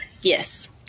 Yes